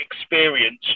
experience